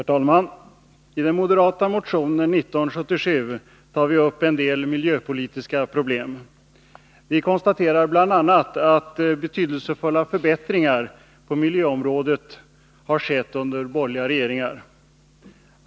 Herr talman! I den moderata motionen 1977 tar vi upp en del miljöpolitiska problem. Vi konstaterar bl.a. att betydelsefulla förbättringar på miljöområdet har skett under borgerliga regeringar.